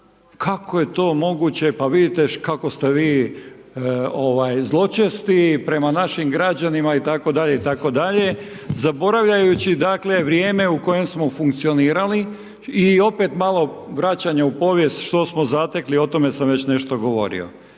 kako je to moguće, pa vidite kako ste vi, ovaj, zločesti prema našim građanima itd., zaboravljavajući, dakle, vrijeme u kojem smo funkcionirali i opet malo vraćanja u povijest, što smo zatekli, o tome sam već nešto govorio.